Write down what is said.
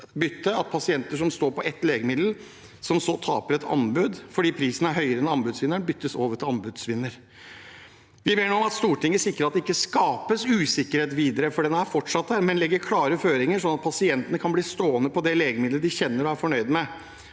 at pasienter som står på et legemiddel som så taper et anbud fordi prisen er høyere enn anbudsvinnerens, byttes over til anbudsvinner. Vi ber nå om at Stortinget sikrer at det ikke skapes usikkerhet videre, for den er fortsatt der, men legger klare føringer sånn at pasientene kan bli stående på det legemiddelet de kjenner og er fornøyd med,